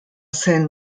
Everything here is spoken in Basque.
zen